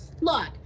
Look